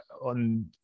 on